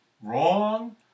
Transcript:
Wrong